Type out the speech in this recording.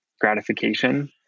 gratification